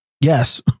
Yes